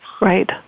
Right